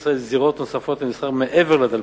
בישראל זירות נוספות למסחר "מעבר לדלפק"